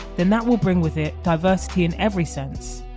then that will bring with it diversity in every sense,